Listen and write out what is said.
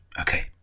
Okay